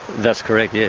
that's correct, yeah